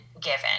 given